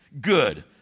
good